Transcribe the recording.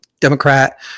democrat